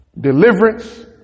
deliverance